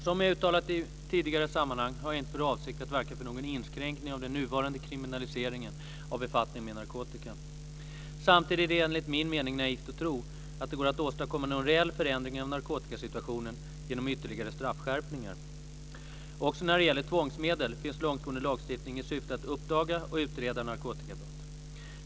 Som jag har uttalat i tidigare sammanhang har jag inte för avsikt att verka för någon inskränkning av den nuvarande kriminaliseringen av befattning med narkotika. Samtidigt är det enligt min mening naivt att tro att det går att åstadkomma någon reell förändring av narkotikasituationen genom ytterligare straffskärpningar. Också när det gäller tvångsmedel finns långtgående lagstiftning i syfte att uppdaga och utreda narkotikabrott.